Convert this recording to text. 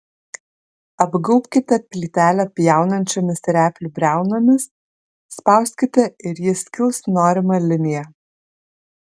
apgaubkite plytelę pjaunančiomis replių briaunomis spauskite ir ji skils norima linija